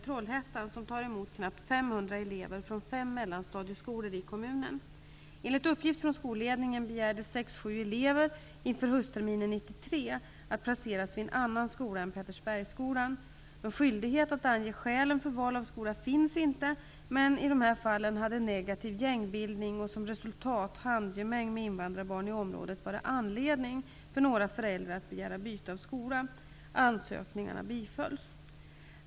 Trollhättan, som tar emot knappt 500 elever från fem mellanstadieskolor i kommunen. Enligt uppgift från skolledningen begärde sex sju elever inför höstterminen 1993 att placeras vid en annan skola än Pettersbergsskolan. Någon skyldighet att ange skälen för val av skola finns inte, men i dessa fall hade negativ gängbildning och som resultat handgemäng med invandrarbarn i området varit anledning för några föräldrar att begära byte av skola. Ansökningarna bifölls.